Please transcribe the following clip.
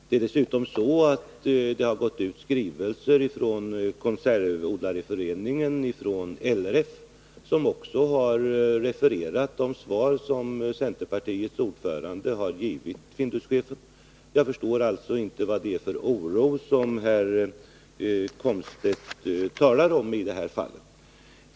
Det är dessutom så att det gått ut skrivelser från Konservodlarföreningen och från LRF, som också refererat de svar som centerpartiets ordförande har givit Finduschefen. Jag förstår alltså inte vad det är för oro som herr Komstedt talar om i det här fallet.